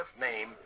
name